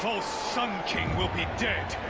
false sun king will be dead.